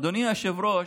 אדוני היושב-ראש,